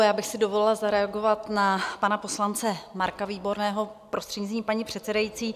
Já bych si dovolila zareagovat na pana poslance Marka Výborného, prostřednictvím paní předsedající.